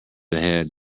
ahead